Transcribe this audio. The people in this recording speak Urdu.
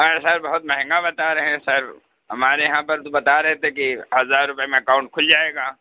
ارے سر بہت مہنگا بہت رہے ہیں سر ہمارے یہاں پر تو بتا رہے تھے کہ ہزار روپیے میں اکاونٹ کُھل جائے گا